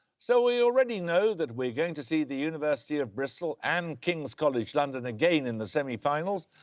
so we already know that we're going to see the university of bristol and king's college london again in the semifinals.